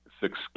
six